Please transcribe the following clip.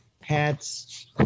hats